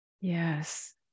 Yes